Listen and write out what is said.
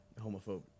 homophobe